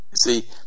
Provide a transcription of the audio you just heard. see